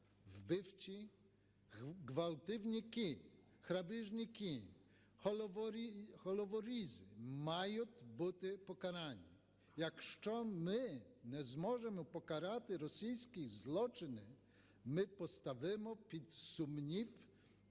Вбивці, ґвалтівники, грабіжники, головорізи мають бути покарані. Якщо ми не зможемо покарати російські злочини, ми поставимо під сумнів